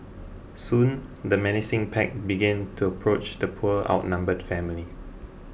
soon the menacing pack began to approach the poor outnumbered family